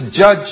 judge